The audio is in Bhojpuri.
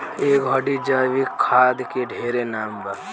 ए घड़ी जैविक खाद के ढेरे नाम बा